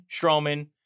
Strowman